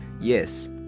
Yes